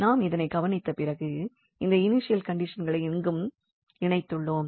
நாம் இதனை கவனித்த பிறகு இந்த இனிஷியல் கண்டிஷன்களை இங்கும் இணைத்துள்ளோம்